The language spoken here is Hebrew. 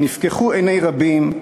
נפקחו עיני רבים,